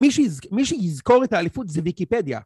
מי שיזכור את האליפות זה ויקיפדיה.